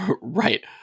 Right